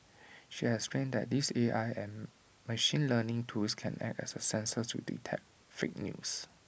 she explained that these A I and machine learning tools can act as A sensor to detect fake news